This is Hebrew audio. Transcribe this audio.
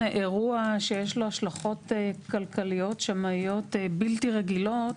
אירוע שיש לו השלכות כלכליות שמאיות בלתי רגילות.